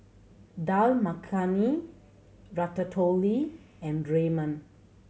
Dal Makhani Ratatouille and Ramen